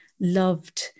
loved